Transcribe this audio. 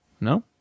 No